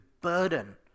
burden